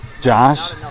Josh